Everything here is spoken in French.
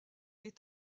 est